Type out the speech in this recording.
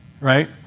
Right